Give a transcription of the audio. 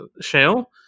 Shale